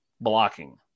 blocking